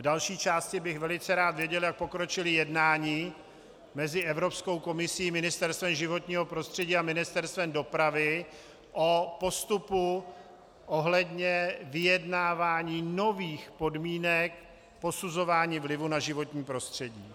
V další části bych velice rád věděl, jak pokročila jednání mezi Evropskou komisí, Ministerstvem životního prostředí a Ministerstvem dopravy o postupu ohledně vyjednávání nových podmínek posuzování vlivu na životní prostředí.